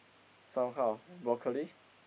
some kind of broccoli